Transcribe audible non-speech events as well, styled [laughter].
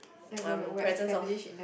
[noise] um presence of